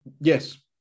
Yes